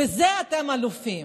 בזה אתם אלופים.